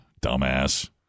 dumbass